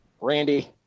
Randy